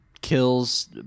kills